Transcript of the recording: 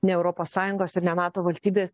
ne europos sąjungos ir ne nato valstybės